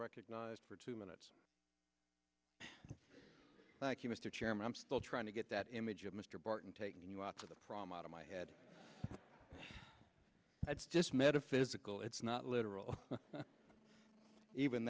recognized for two minutes thank you mr chairman i'm still trying to get that image of mr barton taking you out to the prom out of my head that's just metaphysical it's not literal even